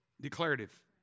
Declarative